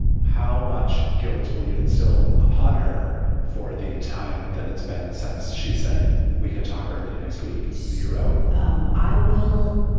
how much guilt will you instill upon her for the time that it's been since she said we can talk early next week? zero um i will.